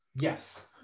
Yes